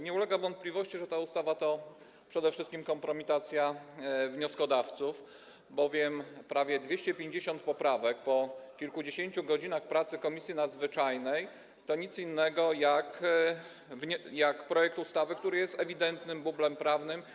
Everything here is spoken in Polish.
Nie ulega wątpliwości, że ta ustawa to przede wszystkim kompromitacja wnioskodawców, bowiem prawie 250 poprawek po kilkudziesięciu godzinach pracy komisji nadzwyczajnej to nic innego, jak projekt ustawy, który jest ewidentnym bublem prawnym.